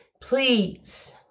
please